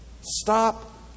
Stop